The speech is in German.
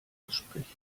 aussprechen